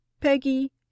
Peggy